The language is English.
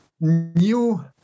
new